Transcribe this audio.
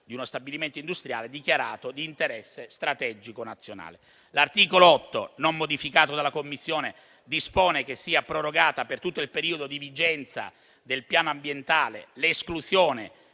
di uno stabilimento industriale dichiarato di interesse strategico nazionale. L'articolo 8, non modificato dalla Commissione, dispone che sia prorogata per tutto il periodo di vigenza del Piano ambientale l'esclusione